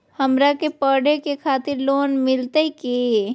हमरा के पढ़े के खातिर लोन मिलते की?